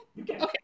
Okay